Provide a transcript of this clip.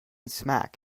smack